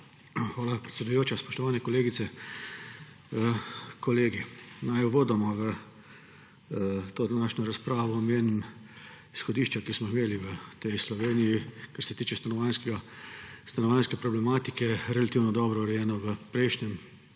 Hvala, predsedujoča. Spoštovane kolegice, kolegi! Naj uvodoma v današnji razpravi omenim izhodišča, ki smo jih imeli v Sloveniji, kar se tiče stanovanjske problematike, relativno dobro urejena v prejšnjem,